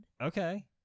okay